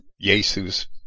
Jesus